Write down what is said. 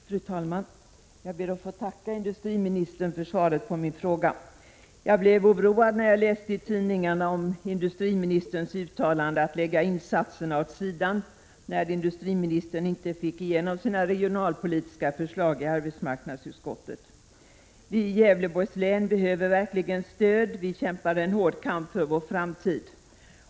Fru talman! Jag ber att få tacka industriministern för svaret på frågan. Jag blev oroad när jag läste i tidningarna om industriministerns uttalande att lägga insatserna åt sidan när industriministern inte fick igenom sina regionalpolitiska förslag i arbetsmarknadsutskottet. Vi i Gävleborgs län behöver verkligen stöd. Vi kämpar en hård kamp för vår framtid.